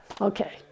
Okay